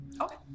Okay